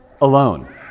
alone